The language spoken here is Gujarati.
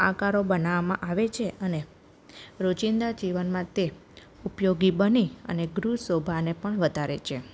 આકારો બનાવવામાં આવે છે અને રોજિંદા જીવનમાં તે ઉપયોગી બની અને ગૃહ શોભાને પણ વધારે છે